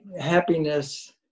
happiness